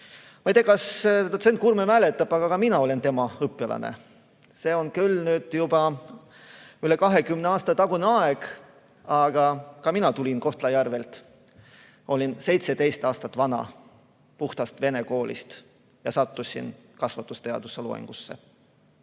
Ma ei tea, kas dotsent Kuurme mäletab, aga ka mina olen tema õpilane. See on küll nüüd juba üle 20 aasta tagune aeg. Aga ka mina tulin Kohtla-Järvelt. Olin 17 aastat vana, puhtast vene koolist ja sattusin kasvatusteaduse loengusse.